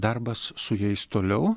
darbas su jais toliau